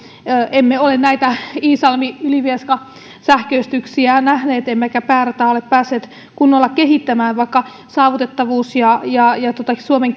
emme ole näitä iisalmi ylivieska sähköistyksiä nähneet emmekä päärataa ole päässeet kunnolla kehittämään vaikka saavutettavuus ja ja suomen